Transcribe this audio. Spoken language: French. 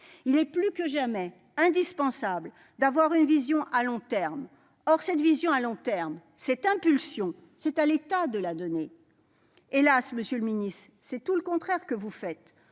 Il est plus que jamais indispensable d'avoir une vision à long terme. Or cette vision à long terme, cette impulsion, c'est à l'État de la donner. Hélas ! monsieur le ministre, c'est tout le contraire que vous faites.